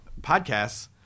podcasts